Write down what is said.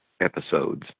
episodes